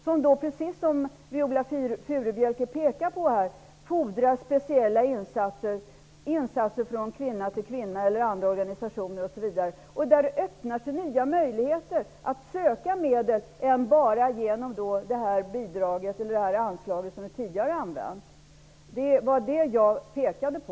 Det fordras, precis som Viola Furubjelke pekade på, speciella insatser, från Där öppnas nya möjligheter att söka medel, i stället för bara genom det anslag som tidigare har använts. Det var det som jag pekade på.